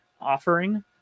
offering